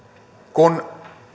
kun